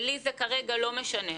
לי זה כרגע לא משנה.